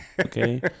Okay